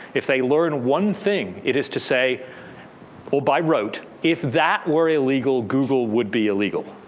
if they learn one thing, it is to say or by wrote, if that were illegal google would be illegal.